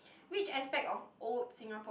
which aspect of old Singapore